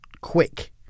quick